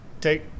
Take